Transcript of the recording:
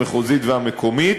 המחוזית והמקומית,